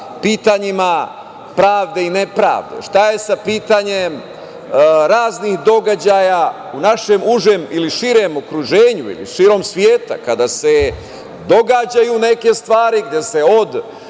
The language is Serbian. pitanjima pravde i nepravde? Šta je sa pitanjem raznih događaja u našem užem ili širem okruženju ili širom sveta kada se događaju neke stvari, gde se od